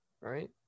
Right